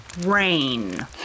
rain